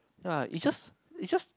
ya is just is just